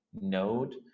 node